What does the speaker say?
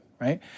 right